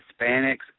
Hispanics